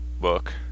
book